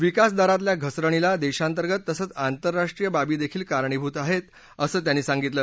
विकास दरातील घसरणीला देशांतर्गत तसंच आंतरराष्ट्रीय बाबीदेखील कारणीभूत आहेत असं त्यांनी सांगितलं